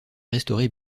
restaurée